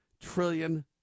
trillion